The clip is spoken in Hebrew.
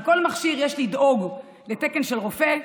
על כל מכשיר יש לדאוג לתקן של רופא,